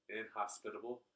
inhospitable